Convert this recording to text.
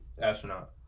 astronaut